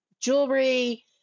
jewelry